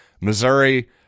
Missouri